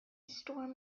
storm